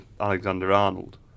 Alexander-Arnold